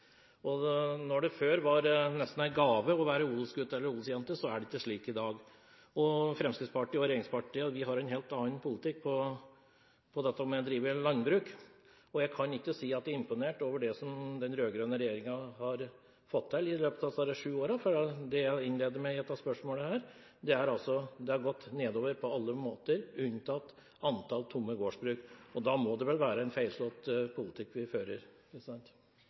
det før var nesten en gave å være odelsgutt eller odelsjente, er det ikke slik i dag. Fremskrittspartiet og regjeringspartiene har en helt ulik politikk på dette med å drive landbruk. Jeg kan ikke si at jeg er imponert over det som den rød-grønne regjeringen har fått til i løpet av disse sju årene. Det har gått nedover på alle måter, med unntak av antall tomme gårdsbruk. Da må det vel være en feilslått politikk vi fører?